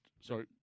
Sorry